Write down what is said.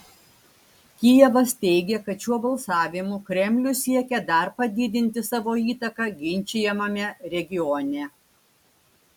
kijevas teigia kad šiuo balsavimu kremlius siekė dar padidinti savo įtaką ginčijamame regione